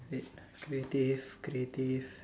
wait creative creative